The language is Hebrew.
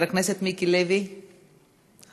חבר הכנסת מיקי לוי, מוותר,